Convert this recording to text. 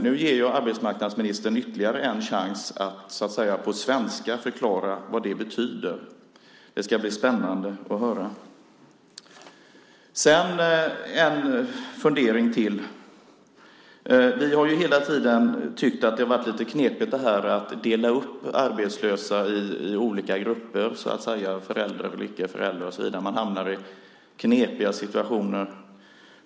Nu ger jag arbetsmarknadsministern ytterligare en chans att så att säga på svenska förklara betydelsen. Det ska det bli spännande att höra. Jag har en fundering till. Hela tiden har vi tyckt att det har varit lite knepigt att dela upp arbetslösa i olika grupper - föräldrar, icke-föräldrar och så vidare. Man hamnar i knepiga situationer.